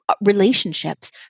relationships